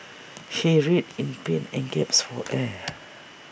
he writhed in pain and gasped for air